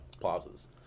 plazas